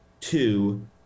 Two